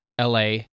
LA